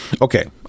Okay